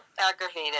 aggravated